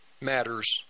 matters